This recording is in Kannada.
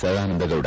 ಸದಾನಂದಗೌಡ